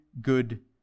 good